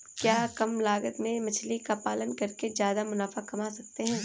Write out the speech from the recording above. क्या कम लागत में मछली का पालन करके ज्यादा मुनाफा कमा सकते हैं?